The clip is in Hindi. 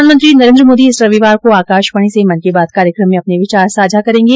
प्रधानमंत्री नरेन्द्र मोदी इस रविवार को आकाशवाणी से मन की बात कार्यक्रम में अपने विचार साझा करेंगे